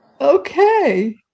Okay